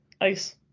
ice